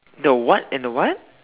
the what and the what